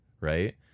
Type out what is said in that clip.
right